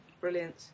Brilliant